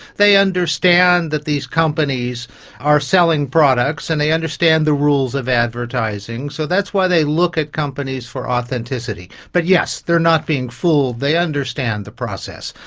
they understand that these companies are selling products, and they understand the rules of advertising. so that's why they look at companies for authenticity. but yes, they are not being fooled, they understand the process,